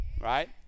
Right